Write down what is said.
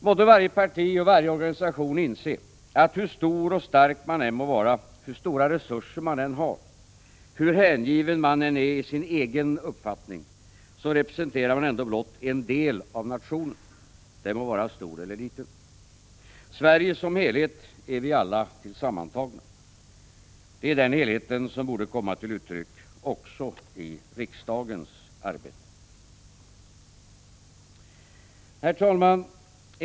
Måtte varje parti och varje organisation inse att hur stor och stark man än må vara, hur stora resurser man än har, hur hängiven man än är i sin egen uppfattning, så representerar man ändå blott en del av nationen, den må vara stor eller liten. Sverige som helhet är vi alla tillsammantagna. Det är den helheten som borde komma till uttryck också i riksdagens arbete. Herr talman!